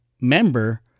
member